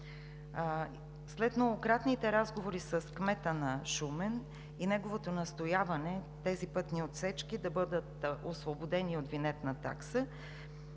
След многократните разговори с кмета на Шумен и неговото настояване тези пътни отсечки да бъдат освободени от винетна такса,